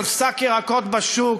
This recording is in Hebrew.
על שק ירקות בשוק,